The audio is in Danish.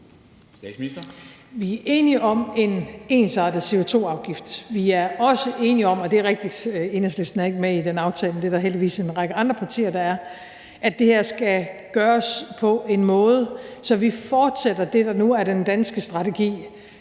er der heldigvis en række andre partier der er – at det her skal gøres på en måde, så vi fortsætter det, der nu er den danske strategi,